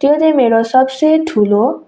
त्यो चाहिँ मेरो सबसे ठुलो